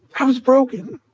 i was broken.